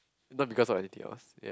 not because of anything else